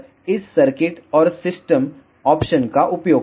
और इस सर्किट और सिस्टम ऑप्शन का उपयोग करें